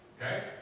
Okay